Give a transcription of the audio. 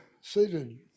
seated